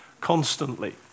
constantly